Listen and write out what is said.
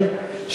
1898,